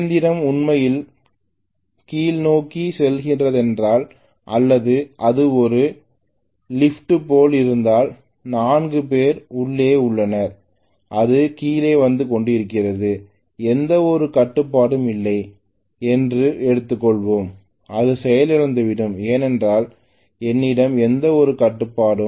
இயந்திரம் உண்மையில் கீழ்நோக்கிச் செல்கிறதென்றால் அல்லது அது ஒரு லிஃப்ட் போல இருந்தால் 4 பேர் உள்ளே உள்ளனர் அது கீழே வந்து கொண்டிருக்கிறது எந்தவொரு கட்டுப்பாடும் இல்லை என்று எடுத்துக்கொள்வோம் அது செயலிழந்து விடும் ஏனென்றால் என்னிடம் எந்த ஒரு கட்டுப்பாடும்